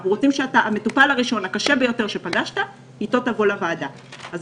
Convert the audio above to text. אנחנו רוצים שהעובד יבוא לוועדה עם המטופל הראשון,